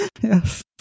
yes